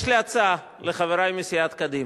יש לי הצעה לחברי מסיעת קדימה.